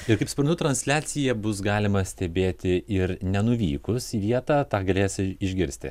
ir kaip suprantu transliaciją bus galima stebėti ir nenuvykus į vietą tą galėsi išgirsti